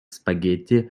spaghetti